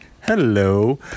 hello